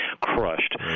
crushed